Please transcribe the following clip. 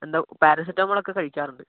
എന്തോ പാരസെറ്റമോളൊക്കെ കഴിക്കാറുണ്ട്